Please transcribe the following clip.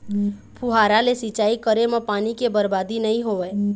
फुहारा ले सिंचई करे म पानी के बरबादी नइ होवय